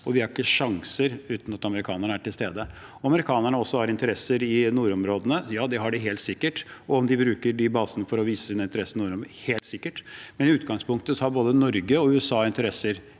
Vi har ikke sjanser uten at amerikanerne er til stede. Om amerikanerne har interesser i nordområdene? Ja, det har de helt sikkert. Om de bruker de basene for å vise sin interesse nordover? Helt sikkert. I utgangspunktet har både Norge og USA interesser